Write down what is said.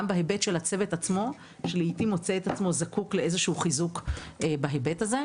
בהיבט של הצוות עצמו שלעתים מוצא את עצמו זקוק לאיזשהו חיזוק בהיבט הזה.